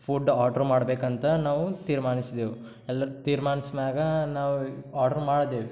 food order ಮಾಡಬೇಕಂತ ನಾವು ತೀರ್ಮಾನಿಸಿದೇವೆ ಎಲ್ಲರೂ ತೀರ್ಮಾನಿಸಿ ಮ್ಯಾಲ ನಾವು ಆಡ್ರ್ ಮಾಡ್ದೇವೆ